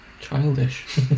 childish